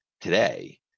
today